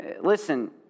Listen